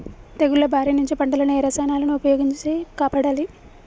తెగుళ్ల బారి నుంచి పంటలను ఏ రసాయనాలను ఉపయోగించి కాపాడాలి?